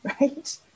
right